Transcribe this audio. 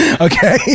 Okay